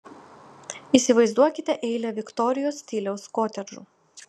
įsivaizduokite eilę viktorijos stiliaus kotedžų